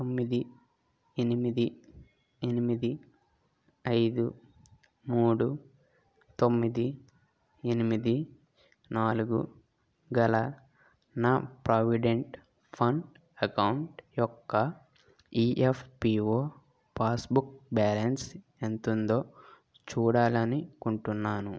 తొమ్మిది ఎనిమిది ఎనిమిది ఐదు మూడు తొమ్మిది ఎనిమిది నాలుగు గల నా ప్రావిడెంట్ ఫండ్ అకౌంట్ యొక్క ఈపిఎఫ్ఓ పాస్బుక్ బ్యాలన్స్ ఎంతుందో చూడాలనుకుంటున్నాను